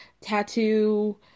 tattoo